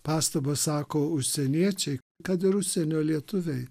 pastaba sako užsieniečiai ką dar užsienio lietuviai